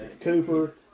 Cooper